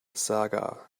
saga